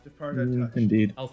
Indeed